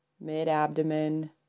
Mid-abdomen